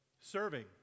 Serving